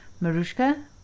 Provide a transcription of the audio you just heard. Marushka